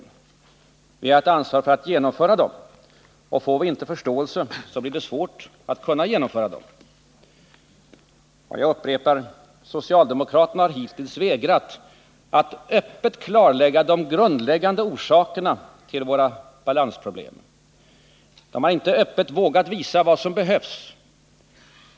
Vi har ett ansvar för att genomföra åtgärderna, och får vi inte förståelse blir det svårt att genomföra dem. Jag upprepar: Socialdemokraterna har hittills vägrat att öppet klarlägga de grundläggande orsakerna till våra balansproblem. De har inte öppet vågat visa vad som behövs.